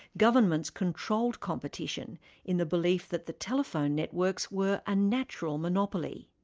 governments controlled competition in the belief that the telephone networks were a natural monopoly.